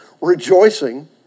rejoicing